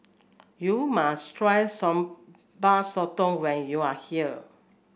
you must try Sambal Sotong when you are here